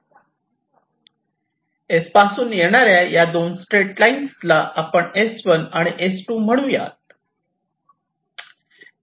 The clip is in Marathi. S पासून येणाऱ्या या दोन स्ट्रेट लाईन्स ला आपण S1 आणि S2 म्हणूयात